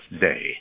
day